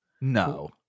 No